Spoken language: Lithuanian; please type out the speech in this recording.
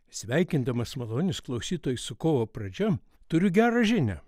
sveikindamas malonius klausytojus su kovo pradžia turiu gerą žinią